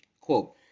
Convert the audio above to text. Quote